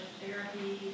therapy